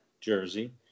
Jersey